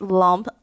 lump